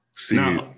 See